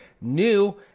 New